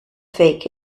fake